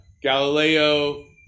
Galileo